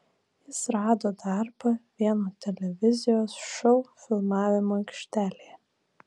jis rado darbą vieno televizijos šou filmavimo aikštelėje